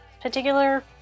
particular